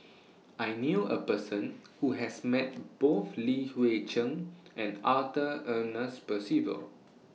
I knew A Person Who has Met Both Li Hui Cheng and Arthur Ernest Percival